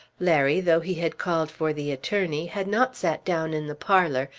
larry, though he had called for the attorney, had not sat down in the parlour,